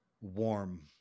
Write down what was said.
warm